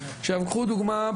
קחו דוגמא,